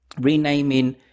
Renaming